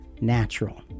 natural